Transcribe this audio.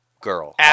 Girl